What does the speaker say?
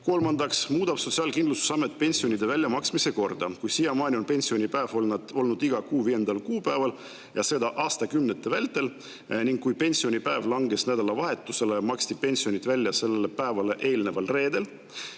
Kolmandaks muudab Sotsiaalkindlustusamet pensionide väljamaksmise korda. Kui siiamaani on pensionipäev olnud iga kuu viiendal kuupäeval, ja seda aastakümnete vältel, ning kui pensionipäev langes nädalavahetusele, maksti pensionid välja sellele päevale eelneval reedel,